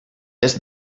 est